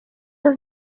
are